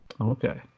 okay